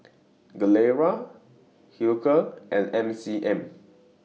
Gilera Hilker and M C M